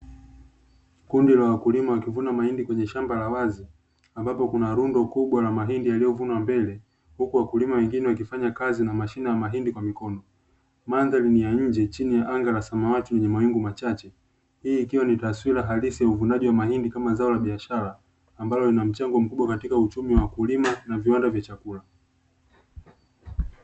Kundi la wakulima wakivuna mahindi kwenye shamba la wazi ambapo kuna rundo kubwa la mahindi yaliyovunwa mbele, huku wakulima wengine wakifanya kazi na mashine ya mahindi kwa mikono. Mandhari ni ya nje chini ya anga la samawati lenye mawingu machache, hii ikiwa ni taswira halisi ya uvunaji wa mahindi kama zao la biashara ambalo lina mchango mkubwa katika uchumi wa wakulima na viwanda vya chakula.